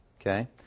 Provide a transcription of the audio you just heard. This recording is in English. Okay